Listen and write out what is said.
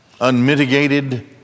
unmitigated